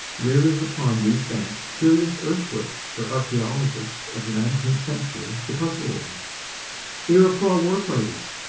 rearing upon these banks curious earthworks for archaeologists of the nineteenth century to puzzle over iroquois war-parties,